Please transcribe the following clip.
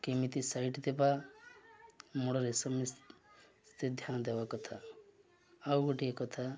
କେମିତି ସାଇଟ୍ ଦେବା ମୋଡ଼ରେ ସମସ୍ତେ ଧ୍ୟାନ ଦେବା କଥା ଆଉ ଗୋଟିଏ କଥା